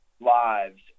lives